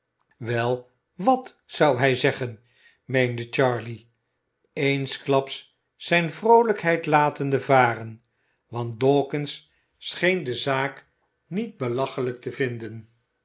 wel wat zou hij zeggen meende charley eensklaps zijne vroolijkheid latende varen want dawkins scheen de zaak niet belachelijk te vinden